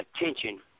attention